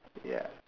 ya